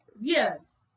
Yes